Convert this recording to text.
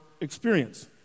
experience